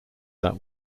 that